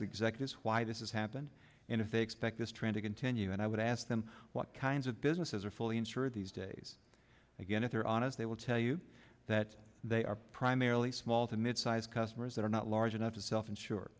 the executives why this is happen and if they expect this trend to continue and i would ask them what kinds of businesses are fully insured these days again if they're honest they will tell you that they are primarily small to midsize customers that are not large enough to self insure